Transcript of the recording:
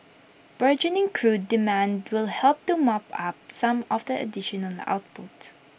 burgeoning crude demand will help to mop up some of the additional output